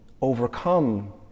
overcome